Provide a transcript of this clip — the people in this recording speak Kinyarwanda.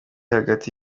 hagati